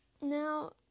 now